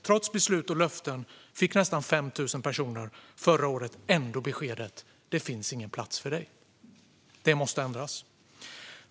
Trots beslut och löften fick nästan 5 000 personer förra året beskedet: Det finns ingen plats för dig. Detta måste ändras.